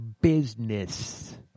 business